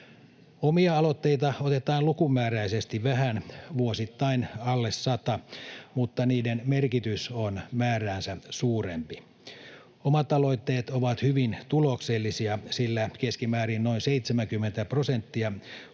Omia aloitteita otetaan lukumääräisesti vähän, vuosittain alle 100, mutta niiden merkitys on määräänsä suurempi. Omat aloitteet ovat hyvin tuloksellisia, sillä keskimäärin noin 70 prosenttia omista